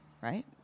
right